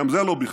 גם זה לא בכדי,